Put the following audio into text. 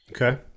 Okay